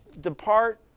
depart